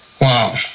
wow